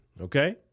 okay